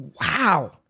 Wow